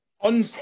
on